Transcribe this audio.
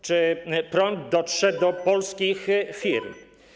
Czy prąd dotrze do polskich firm?